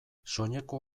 soineko